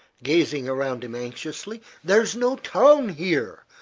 gazing around him anxiously. there's no town here,